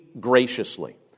graciously